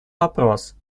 вопрос